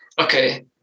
okay